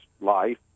life